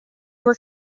were